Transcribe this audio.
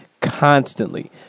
constantly